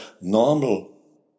normal